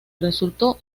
resultó